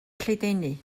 lledaenu